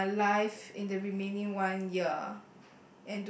um my life in the remaining one year